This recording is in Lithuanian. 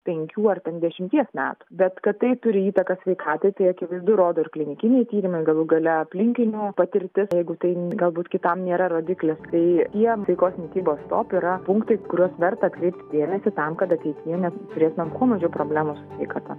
penkių ar ten dešimties metų bet kad tai turi įtaką sveikatai tai akivaizdu rodo ir klinikiniai tyrimai galų gale aplinkinių patirtis jeigu tai galbūt kitam nėra rodiklis tai jiem sveikos mitybos top yra punktai į kuriuos verta kreipti dėmesį tam kad ateityje mes turėtumėm kuo mažiau problemų su sveikata